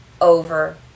over